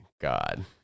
God